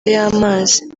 y’amazi